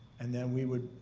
and then we would,